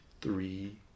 three